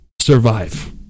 Survive